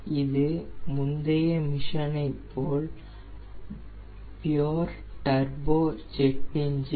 இது முந்தைய மிஷனை போல் ப்யோர் டர்போ ஜெட் என்ஜின்